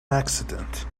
accident